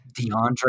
DeAndre